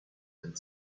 and